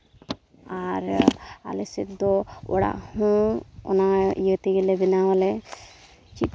ᱟᱨ ᱟᱞᱮ ᱥᱮᱫ ᱫᱚ ᱚᱲᱟᱜ ᱦᱚᱸ ᱚᱱᱟ ᱤᱭᱟᱹ ᱛᱮᱜᱮ ᱞᱮ ᱵᱮᱱᱟᱣ ᱟᱞᱮ